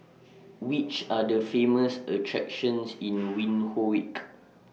Which Are The Famous attractions in Windhoek